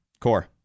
Core